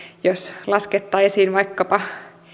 jos laskettaisiin vaikkapa